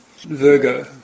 Virgo